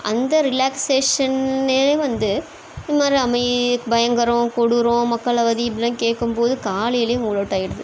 அந்த ரிலாக்ஸ்ஷேன்னே வந்து இது மாரி அமைய பயங்கரம் கொடூரம் மக்கள் அவதி இப்படிலாம் கேட்கும்போது காலையில் இவ்வளோ டயர்டு து